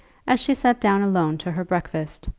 as she sat down alone to her breakfast,